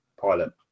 pilot